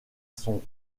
son